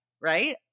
right